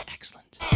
Excellent